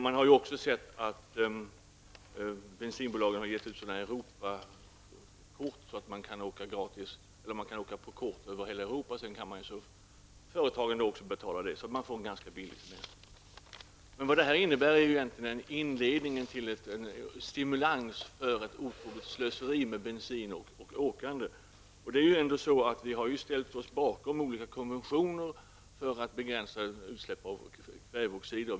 Vi har ju också sett att bensinbolagen ger ut Europakort som man kan åka på i Europa och låta företagen betala. Då får man åka ganska billigt. Vad detta innebär är egentligen en inledning till en stimulans till ofantligt slöseri med bensin och åkande. Vi har ju ställt oss bakom olika konventioner för att begränsa utsläpp av kväveoxider.